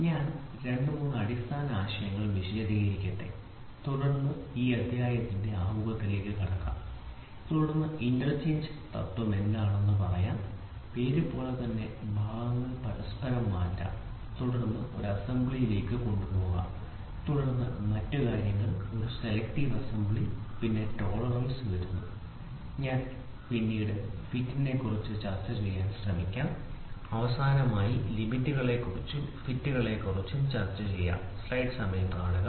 ഞാൻ ആ അടിസ്ഥാന 2 3 ആശയങ്ങൾ വിശദീകരിക്കട്ടെ തുടർന്ന് ഈ അധ്യായത്തിന്റെ ആമുഖത്തിലേക്ക് കടക്കാം തുടർന്ന് ഇന്റർചേഞ്ച് തത്വം എന്താണെന്ന് പറയാം പേര് പോലെ തന്നെ ഭാഗങ്ങൾ പരസ്പരം മാറ്റാം തുടർന്ന് ഒരു അസംബ്ലിയിലേക്ക് കൊണ്ടുപോകാം തുടർന്ന് മറ്റ് കാര്യങ്ങൾ ഒരു സെലക്ടീവ് അസംബ്ലി പിന്നീട് ടോളറൻസ് വരുന്നു തുടർന്ന് ഞാൻ ഫിറ്റിനെക്കുറിച്ച് ചർച്ചചെയ്യാൻ ശ്രമിക്കും തുടർന്ന് ഞാൻ അവസാനമായി ലിമിറ്റ്കളെക്കുറിച്ചും ഫിറ്റുകളെക്കുറിച്ചും ചർച്ച ചെയ്യാൻ ശ്രമിക്കും